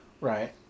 Right